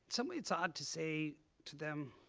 some way it's odd to say to them,